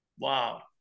Wow